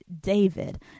David